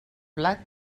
blat